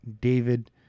david